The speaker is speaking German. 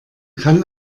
kann